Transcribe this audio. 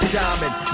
diamond